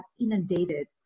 inundated